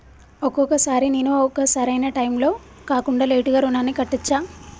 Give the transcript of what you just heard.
ఒక్కొక సారి నేను ఒక సరైనా టైంలో కాకుండా లేటుగా రుణాన్ని కట్టచ్చా?